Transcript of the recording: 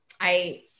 I-